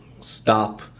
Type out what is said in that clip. stop